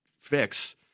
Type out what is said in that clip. fix